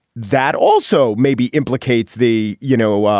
that also maybe implicates the, you know, ah